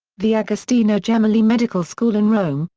the agostino gemelli medical school in rome,